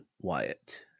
Wyatt